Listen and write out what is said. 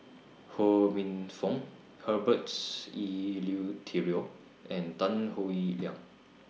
Ho Minfong Herberts Eleuterio and Tan Howe Liang